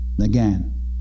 again